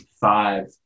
five